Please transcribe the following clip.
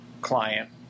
client